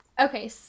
okay